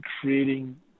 creating